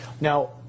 now